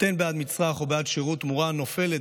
נותן בעד מצרך או בעד שירות תמורה הנופלת